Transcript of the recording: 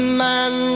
man